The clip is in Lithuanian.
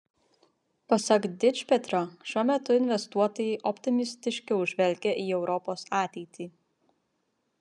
pasak dičpetrio šiuo metu investuotojai optimistiškiau žvelgia į europos ateitį